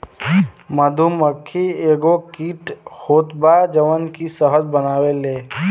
मधुमक्खी एगो कीट होत बा जवन की शहद बनावेले